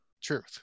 Truth